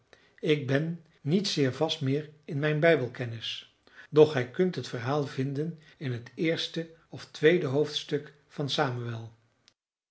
ik ben niet zeer vast meer in mijn bijbelkennis doch gij kunt het verhaal vinden in het eerste of tweede hoofdstuk van